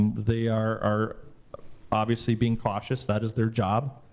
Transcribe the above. and they are obviously being cautious. that is their job,